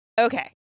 Okay